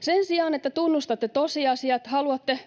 Sen sijaan että tunnustatte tosiasiat, haluatte